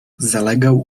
zalegał